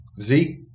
Zeke